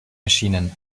erschienen